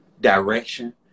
direction